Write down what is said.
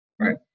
Right